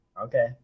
Okay